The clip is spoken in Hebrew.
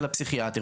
אצל הפסיכיאטר.